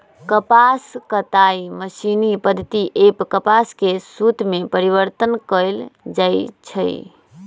कपास कताई मशीनी पद्धति सेए कपास के सुत में परिवर्तन कएल जाइ छइ